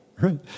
right